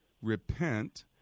Repent